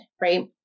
right